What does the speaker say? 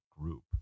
group